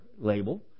label